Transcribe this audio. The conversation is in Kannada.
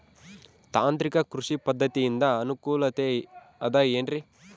ತಾಂತ್ರಿಕ ಕೃಷಿ ಪದ್ಧತಿಯಿಂದ ಅನುಕೂಲತೆ ಅದ ಏನ್ರಿ?